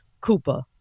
Cooper